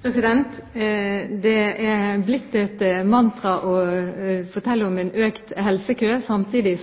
Det er blitt et mantra å fortelle om en økt helsekø. Samtidig